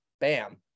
Bam